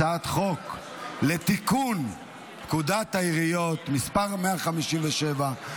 הצעת חוק לתיקון פקודת העיריות (מס' 157),